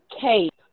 cape